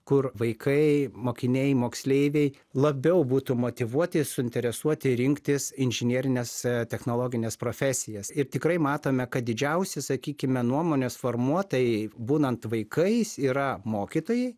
kur vaikai mokiniai moksleiviai labiau būtų motyvuoti suinteresuoti rinktis inžinerines technologines profesijas ir tikrai matome kad didžiausi sakykime nuomonės formuotojai būnant vaikais yra mokytojai